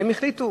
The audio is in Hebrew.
והם החליטו.